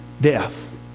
death